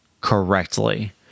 correctly